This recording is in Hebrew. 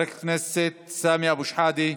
חבר הכנסת סמי אבו שחאדה,